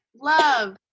love